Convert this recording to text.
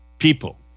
People